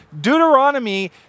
Deuteronomy